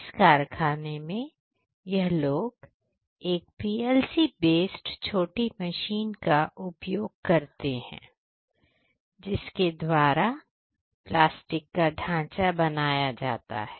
इस कारखाने में यह लोग एक PLC बेस्ड छोटी मशीन का उपयोग करते हैं जिसके द्वारा प्लास्टिक का ढांचा बनाया जाता है